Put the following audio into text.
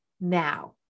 now